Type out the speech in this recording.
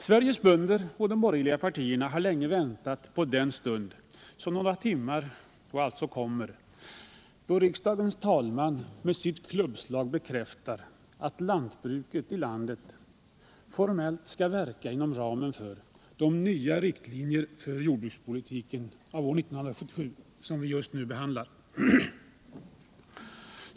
Sveriges bönder och de borgerliga partierna har länge väntat på den stund om några timmar, då riksdagens talman med sitt klubbslag bekräftar att lantbruket i landet formellt skall verka inom ramen för de nya riktlinjer för jordbrukspolitiken som vi just nu behandlar.